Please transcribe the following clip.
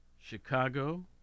Chicago